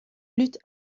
lutte